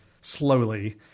slowly